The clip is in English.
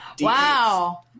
Wow